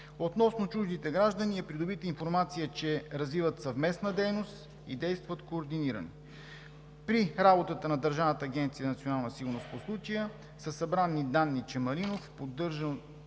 Относно чуждите граждани е придобита информация, че развиват съвместна дейност и действат координирано. При работата на Държавна агенция „Национална сигурност“ по случая са събрани данни, че Малинов поддържа